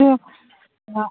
ꯑꯗꯨ ꯑꯥ